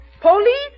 Police